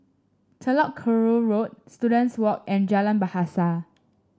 Telok Kurau Road Students Walk and Jalan Bahasa